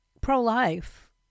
pro-life